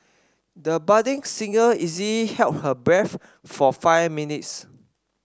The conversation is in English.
the budding singer easily held her breath for five minutes